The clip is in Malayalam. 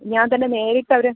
ഞാൻ തന്നെ നേരിട്ട് അവർ